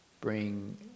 bring